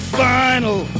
final